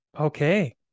Okay